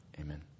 Amen